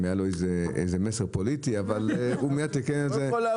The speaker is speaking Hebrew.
אם היה לו איזה מסר פוליטי אבל --- קודם כל,